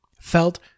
felt